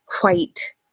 white